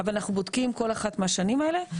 אבל אנחנו בודקים כל אחת מהשנים האלו.